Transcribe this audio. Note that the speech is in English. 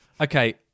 Okay